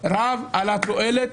רב על התועלת,